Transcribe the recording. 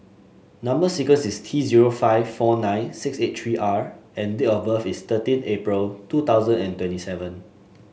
number sequence is T zero five four nine six eight three R and date of birth is thirteen April two thousand and twenty seven